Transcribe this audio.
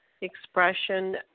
expression